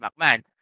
McMahon